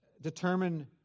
determine